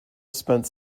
spent